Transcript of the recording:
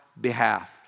behalf